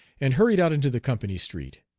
and hurried out into the company street.